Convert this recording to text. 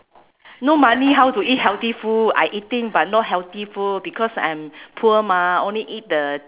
no money how to eat healthy food I eating but not healthy food because I'm poor mah only eat the